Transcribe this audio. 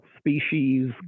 species